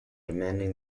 demanding